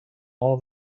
all